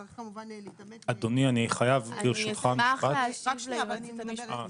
צריך כמובן ל- -- אני אשמח להשיב ליועצת המשפטית.